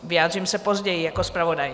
Vyjádřím se později jako zpravodaj.